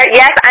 yes